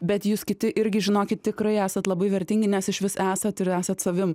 bet jūs kiti irgi žinokit tikrai esat labai vertingi nes išvis esat ir esat savim